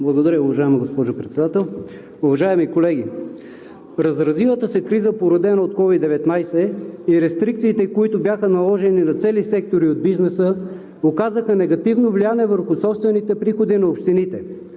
Благодаря, уважаема госпожо Председател. Уважаеми колеги, разразилата се криза, породена от COVID 19 и рестрикциите, които бяха наложени на цели сектори от бизнеса, оказаха негативно влияние върху собствените приходи на общините,